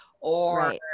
Or-